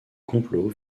complot